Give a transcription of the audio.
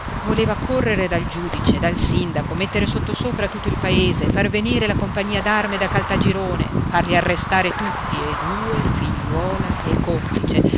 voleva correre dal giudice dal sindaco mettere sottosopra tutto il paese far venire la compagnia d'arme da caltagirone farli arrestare tutti e due figliuola e complice